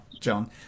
John